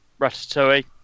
Ratatouille